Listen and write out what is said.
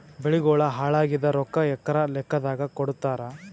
ಬೆಳಿಗೋಳ ಹಾಳಾಗಿದ ರೊಕ್ಕಾ ಎಕರ ಲೆಕ್ಕಾದಾಗ ಕೊಡುತ್ತಾರ?